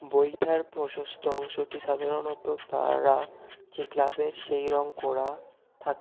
বৈঠার প্রশস্ত অংশটি সাধারণত তারা যে ক্লাবের সেই রঙ করা থাকে